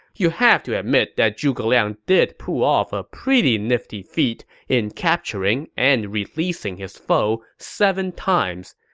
you have to admit that zhuge liang did pull off a pretty nifty feat in capturing and releasing his foe seven times.